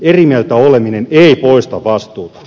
eri mieltä oleminen ei poista vastuuta